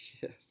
Yes